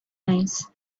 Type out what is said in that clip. eyes